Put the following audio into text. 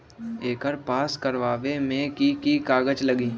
एकर पास करवावे मे की की कागज लगी?